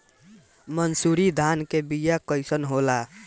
मनसुरी धान के बिया कईसन होला?